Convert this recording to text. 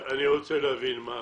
אני רוצה להבין.